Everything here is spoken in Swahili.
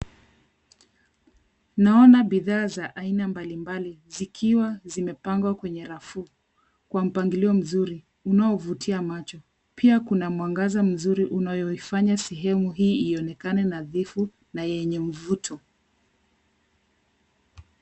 Naona bidhaa za aina mbalimbali zikiwa zimepangwa kwenye rafu kwa mpangilio mzuri unao vutia macho pia kuna mwangaza mzuri unayo ifanya sehemu hii ionekane nadhifu na yenye mvuto.